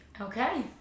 Okay